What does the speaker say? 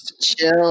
chill